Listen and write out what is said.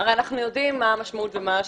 הרי אנחנו יודעים מה המשמעות ומה ההשלכות,